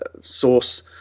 source